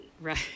Right